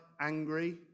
angry